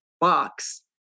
box